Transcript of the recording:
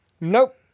Nope